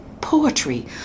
poetry